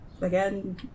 again